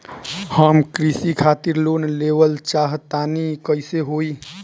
हम कृषि खातिर लोन लेवल चाहऽ तनि कइसे होई?